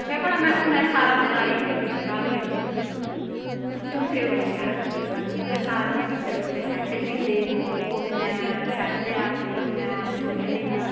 आक्खां भला हूनै गै सारा बजार ई खरीदियै घर लेई जां झुमके बड़े शैल लग्गे सानूं असें सारियें बक्खरे बक्खरे सैट्ट खरीदे कुसै ने सैट्ट लेआ कुसै ने चूड़ियां लेइयां